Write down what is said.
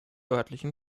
örtlichen